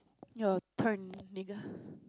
your turn nigga